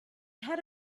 had